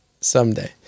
Someday